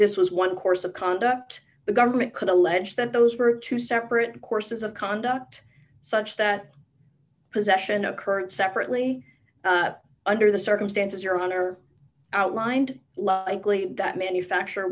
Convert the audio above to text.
this was one course of conduct the government could allege that those were two separate courses of conduct such that possession occurred separately under the circumstances your honor outlined likely that manufacture